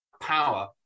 power